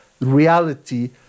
reality